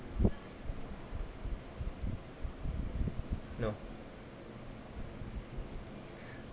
no